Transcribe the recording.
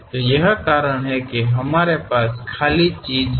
तो यह कारण है एक हमारे पास खाली चीज हैं